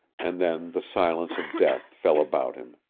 and then the silence of death fell about him.